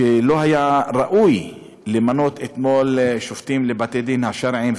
כי לא היה ראוי למנות אתמול שופטים לבתי-הדין השרעיים,